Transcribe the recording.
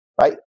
right